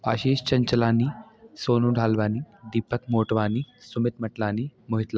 Ashish Chanchlani Sonu Dhalwani Deepak Motwani Sumit Matlani Mohit Lalwani